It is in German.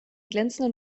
glänzenden